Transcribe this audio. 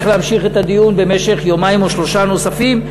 להמשיך את הדיון במשך יומיים או שלושה נוספים.